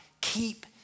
keep